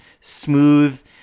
smooth